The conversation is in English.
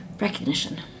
recognition